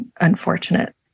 unfortunate